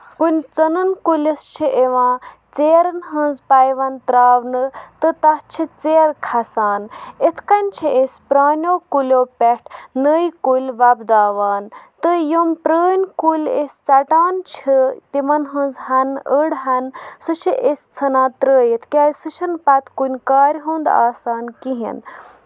کُنہِ ژٕنن کُلِس چھِ اِوان ژیرن ہٕنز پیوند تراونہٕ تہٕ تَتھ چھِ ژیرٕ کھسان یِتھۍ کٔنۍ چھِ أسۍ پرانیٚو کُلٮ۪و پٮ۪ٹھ نٔیۍ کُلۍ وۄپداوان تہٕ یِم پرٲنۍ کُلۍ أسۍ ژَٹان چھِ تِمن ہنز ہن أڑۍ ہن سُہ چھِ أسۍ ژھٕنان ترٲیِتھ کیازِ سُہ چھنہٕ پَتہٕ کُنہِ کارِ ہُند آسان کِہیںۍ